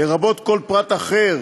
לרבות כל פרט אחר